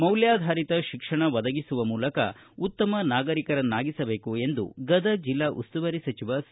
ಮೌಲ್ಯಾಧಾರಿತ ಶಿಕ್ಷಣ ಒದಗಿಸುವ ಮೂಲಕ ಉತ್ತಮ ನಾಗರಿಕರನ್ನಾಗಿಸಬೇಕು ಎಂದು ಗದಗ ಜಿಲ್ಲಾ ಉಸ್ತುವಾರಿ ಸಚಿವರಾದ ಸಿ